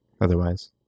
otherwise